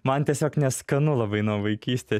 man tiesiog neskanu labai nuo vaikystės